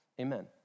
Amen